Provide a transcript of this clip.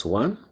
one